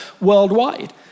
worldwide